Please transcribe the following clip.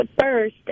first